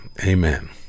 amen